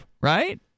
right